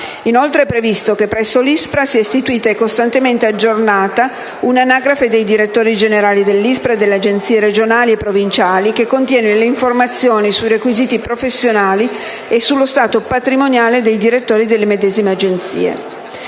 Inoltre, è previsto che presso l'ISPRA sia istituita e costantemente aggiornata un'anagrafe dei direttori generali dell'ISPRA e delle Agenzie per la protezione dell'ambiente regionali e provinciali, che contiene le informazioni sui requisiti professionali e sullo stato patrimoniale dei direttori delle medesime Agenzie.